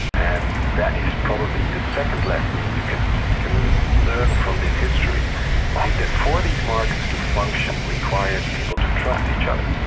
and that is probably the second lesson you can can learn from this history is that for these markets to function requires people to trust each other.